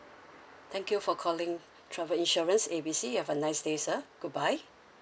thank you for calling travel insurance A B C you have a nice day sir goodbye